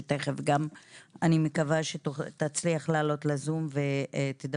שתיכף אני מקווה שהיא תצליח לעלות לזום ותדבר,